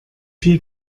viel